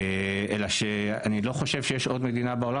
אלא שאני לא חושב שיש עוד מדינה בעולם